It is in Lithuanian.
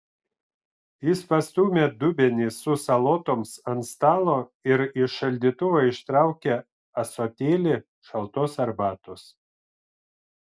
jis pastūmė dubenį su salotoms ant stalo ir iš šaldytuvo ištraukė ąsotėlį šaltos arbatos